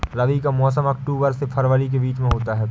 रबी का मौसम अक्टूबर से फरवरी के बीच में होता है